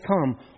come